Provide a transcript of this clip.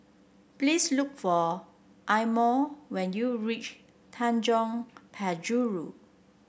please look for Imo when you reach Tanjong Penjuru